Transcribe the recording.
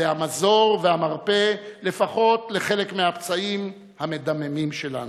זה המזור והמרפא לפחות לחלק מהפצעים המדממים שלנו.